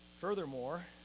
Furthermore